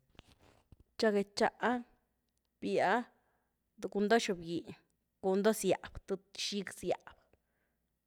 txag get ndxa, byáa, cun doh xob giny, cun doh zyab, th bxig zyab.